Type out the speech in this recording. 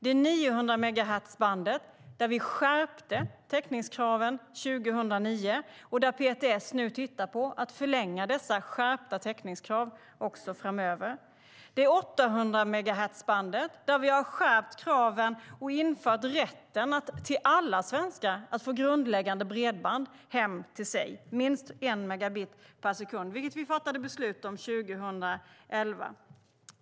Det är 900-megahertzbandet, där vi skärpte täckningskraven 2009 och PTS nu tittar på att förlänga dessa skärpta täckningskrav framöver. Det är 800-megahertzbandet, där vi har skärpt kraven och infört rätten för alla svenskar att få grundläggande bredband hem till sig, minst en megabit per sekund, vilket vi fattade beslut om 2011.